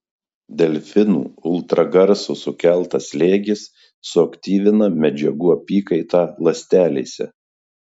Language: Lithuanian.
delfinų ultragarso sukeltas slėgis suaktyvina medžiagų apykaitą ląstelėse